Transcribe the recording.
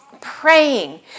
praying